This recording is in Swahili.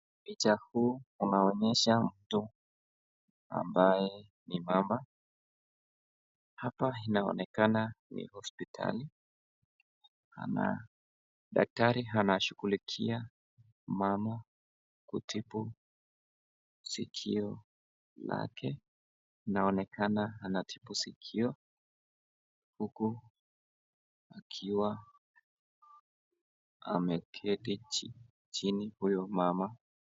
Picha huu unaonesha mtu ambaye ni mama , hapa inaonekana ni hospitali na daktari anashughulikia mama kutibu sikio lake. Inaonekana anatibu sikio lake huku akiwa ameketi chini huyo mama.